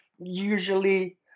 usually